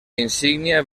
insígnia